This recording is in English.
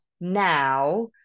now